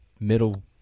middle